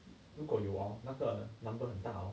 如果有 orh 那个 number 很大 hor